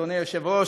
אדוני היושב-ראש,